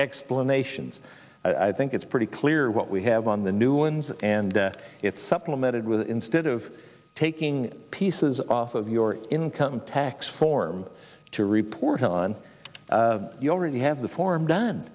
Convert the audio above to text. explanations i think it's pretty clear what we have on the new ones and it's supplemented with instead of taking pieces off of your income tax form to report on you already have the form do